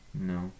No